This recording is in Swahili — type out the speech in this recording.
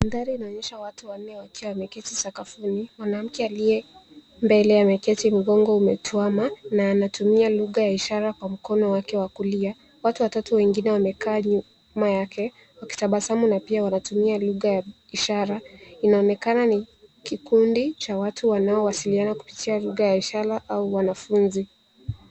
Mandhari inaonyesha watu wanne wakiwa wameketi sakafuni. Mwanamke aliye mbele ameketi mgongo umetuama, na anatumia lugha ya ishara kwa mkono wake wa kulia. Watu watatu wengine wamekaa nyuma yake, wakitabasamu na pia wanatumia lugha ya ishara. Inaonekana ni kikundi cha watu wanaowasiliana kupitia lugha ya ishara au wanafunzi.